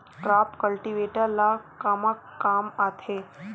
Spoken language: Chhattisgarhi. क्रॉप कल्टीवेटर ला कमा काम आथे?